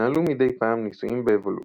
התנהלו מדי פעם ניסויים באבולוציה,